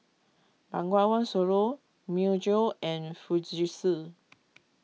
Bengawan Solo Myojo and Fujitsu